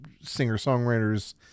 singer-songwriters